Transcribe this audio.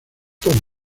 todo